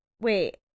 wait